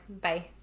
Bye